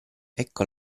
ecco